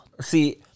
see